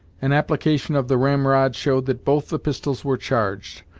an application of the ramrod showed that both the pistols were charged,